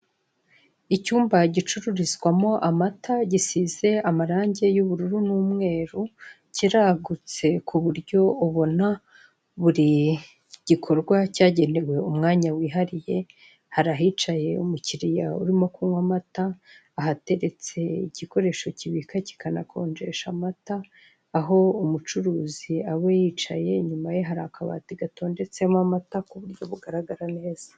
Icyumba gicururizwamo amata gisize amarange y'ubururu n'umweru kiragutse ku buryo ubona buri gikorwa cyagenewe umwanya wihariye, hari ahicaye umukiriya urimo kunywa amata, ahateretse igikoresho kibika kikanakonjesha amata, aho umucuruzi aba yicaye inyuma ye hari akabati gatondetsemo amata kuburyo bugaragara neza.